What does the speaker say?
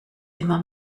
immer